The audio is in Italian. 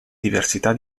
diversità